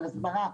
על הסברה.